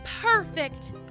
perfect